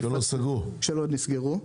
שלא נסגרו,